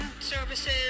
services